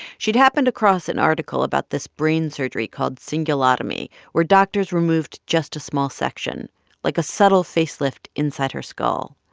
she'd happened across an article about this brain surgery called cingulotomy, where doctors removed just a small section like a subtle facelift inside her skull.